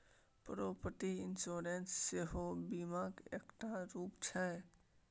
property insurance सेहो बीमाक एकटा रुप छै